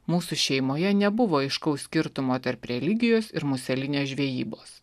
mūsų šeimoje nebuvo aiškaus skirtumo tarp religijos ir muselinės žvejybos